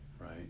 right